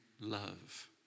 love